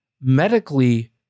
medically